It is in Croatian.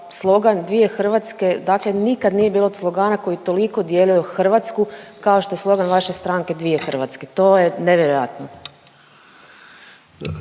slogan dvije Hrvatske, dakle nije bilo slogana koji je toliko dijelio Hrvatsku kao što slogan vaše stranke dvije Hrvatske. To je nevjerojatno.